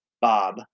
Bob